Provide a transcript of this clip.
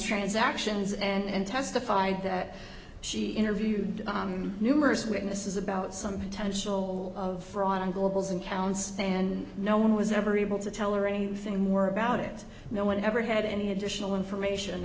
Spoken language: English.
transactions and testified that she interviewed numerous witnesses about some potential of fraud on goebbels and counts and no one was ever able to tell or anything more about it no one ever had any additional information